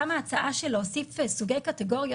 גם ההצעה להוסיף סוגי קטגוריות,